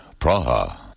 Praha